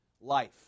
life